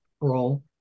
role